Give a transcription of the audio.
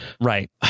right